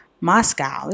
Moscow